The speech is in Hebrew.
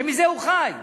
שמזה הוא חי.